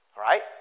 right